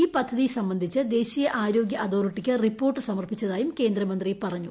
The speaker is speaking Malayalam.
ഈ പദ്ധതി സംബന്ധിച്ച് ദേശീയ ആരോഗ്യ അതോറിട്ടിക്ക് റിപ്പോർട്ട് സമർപ്പിച്ചതായും കേന്ദ്രമന്ത്രി പറഞ്ഞു